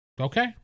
okay